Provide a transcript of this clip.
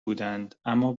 بودند، اما